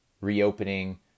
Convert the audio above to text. reopening